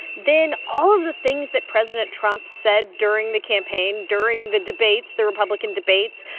then all of the things that president trump said during the campaign, during the debates, the republican debates,